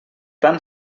tan